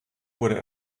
wurde